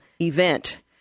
event